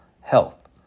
health